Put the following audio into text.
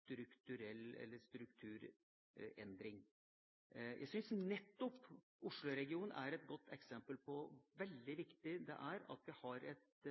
strukturendring. Jeg syns nettopp Oslo-regionen er et godt eksempel på hvor veldig viktig det er at vi har et